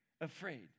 afraid